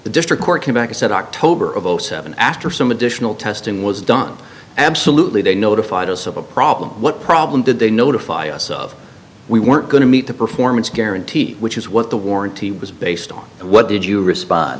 the district court came back and said october of zero seven after some additional testing was done absolutely they notified us of a problem what problem did they notify us of we weren't going to meet the performance guarantee which is what the warranty was based on what did you respond